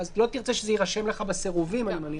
לא תרצה שזה יירשם לך בסירובים, אני מניח.